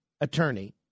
attorney